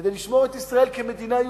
כדי לשמור את ישראל כמדינה יהודית,